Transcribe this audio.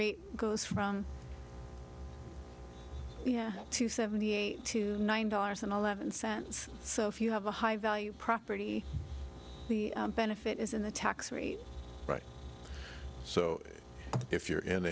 rate goes from yeah to seventy eight to nine dollars and eleven cents so if you have a high value property the benefit is in the tax rate right so if you're in